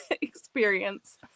experience